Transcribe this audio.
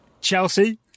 Chelsea